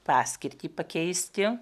paskirtį pakeisti